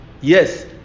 Yes